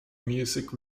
music